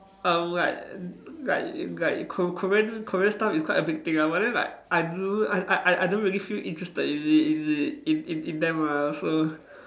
um like like like Kor~ Korean Korean stuff is quite a big thing ah but then like I don't know I I I don't really interested in it in it in in in them lah so